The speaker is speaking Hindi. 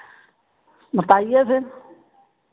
बताइए फिर